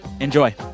enjoy